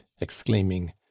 exclaiming